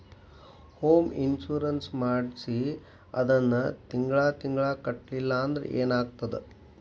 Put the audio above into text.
Home insurance ಮಾಡ್ಸಿ ಅದನ್ನ ತಿಂಗ್ಳಾ ತಿಂಗ್ಳಾ ಕಟ್ಲಿಲ್ಲಾಂದ್ರ ಏನಾಗ್ತದ?